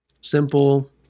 Simple